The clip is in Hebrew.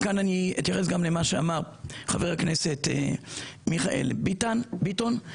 ואתייחס למה שאמר חבר הכנסת מיכאל ביטון,